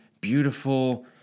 beautiful